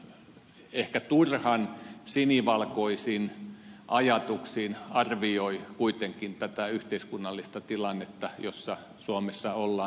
sasi nyt ehkä turhan sinivalkoisin ajatuksin kuitenkin arvioi tätä yhteiskunnallista tilannetta jossa suomessa ollaan